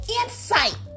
insight